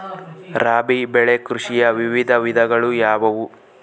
ರಾಬಿ ಬೆಳೆ ಕೃಷಿಯ ವಿವಿಧ ವಿಧಗಳು ಯಾವುವು?